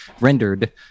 rendered